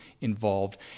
involved